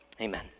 amen